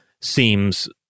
seems